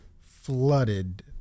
flooded